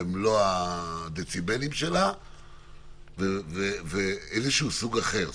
במלוא עוצמתה ואיזשהו סוג אחר,